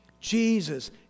Jesus